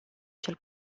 cel